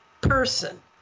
person